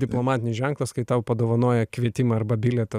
diplomatinis ženklas kai tau padovanoja kvietimą arba bilietą